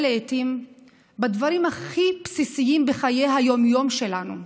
לעיתים בדברים הכי בסיסיים בחיי היום-יום שלנו.